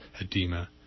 edema